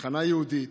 תחנה יהודית,